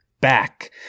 back